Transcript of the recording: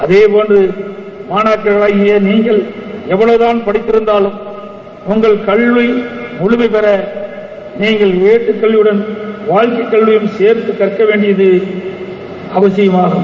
அதேபோன்ற மானாக்கர்களாகிய நீங்கள் எல்வளவதான் படித்திருந்தாலும் உங்கள் கல்வி முழமை பெற நீங்கள் எட்டுக் கல்வியுடன் வாழ்க்கைக் கல்வியும் சேர்த்து கற்க வேண்டியது அவசியமாகும்